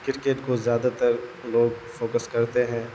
cricket کو زیادہ تر لوگ فوکس کرتے ہیں